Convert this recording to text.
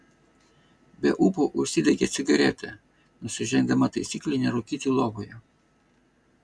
be ūpo užsidegė cigaretę nusižengdama taisyklei nerūkyti lovoje